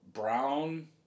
Brown